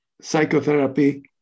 psychotherapy